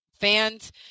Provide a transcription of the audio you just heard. fans